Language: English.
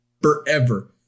forever